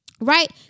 Right